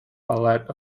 ballet